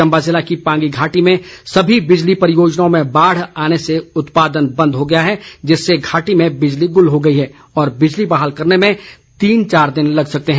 चम्बा जिले की पांगी घाटी में सभी बिजली परियोजनाओं में बाढ़ आने से उत्पादन बंद हो गया है जिससे घाटी में बिजली गुल हो गई है और बिजली बहाल करने में तीन चार दिन लग सकते हैं